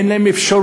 אין להם אפשרות.